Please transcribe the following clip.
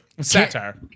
Satire